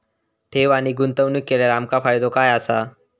ठेव आणि गुंतवणूक केल्यार आमका फायदो काय आसा?